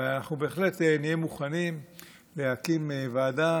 ואנחנו בהחלט נהיה מוכנים להקים ועדה